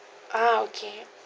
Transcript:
ah okay